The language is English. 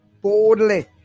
boldly